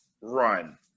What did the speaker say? Run